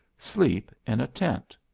sleep in a tent.